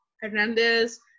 Hernandez